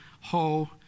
ho